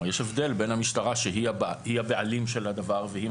יש הבדל בין המשטרה שהיא הבעלים של הדבר והיא